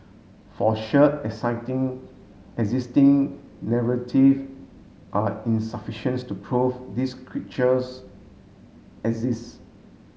for sure exciting existing narrative are insufficience to prove this creatures exist